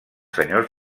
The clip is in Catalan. senyors